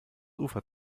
ufer